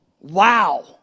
Wow